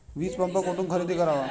वीजपंप कुठून खरेदी करावा?